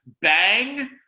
bang